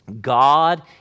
God